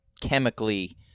chemically